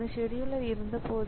இந்த செடியூலர் இருந்தபோது